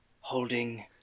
holding